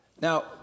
Now